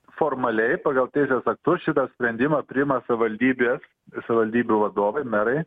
formaliai pagal teisės aktus šitą sprendimą priima savivaldybės savivaldybių vadovai merai